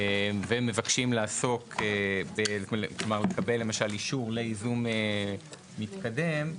ומבקשים לקבל, למשל, אישור לייזום מתקדם.